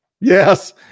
Yes